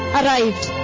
arrived